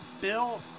Bill